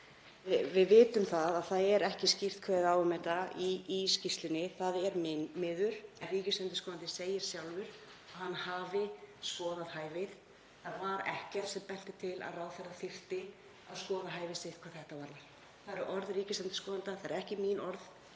Við vitum að það er ekki skýrt kveðið á um þetta í skýrslunni. Það er miður. En ríkisendurskoðandi segir sjálfur að hann hafi skoðað hæfið. Það var ekkert sem benti til að ráðherra þyrfti að skoða hæfi sitt hvað þetta varðar. Það eru orð ríkisendurskoðanda, það eru ekki mín orð.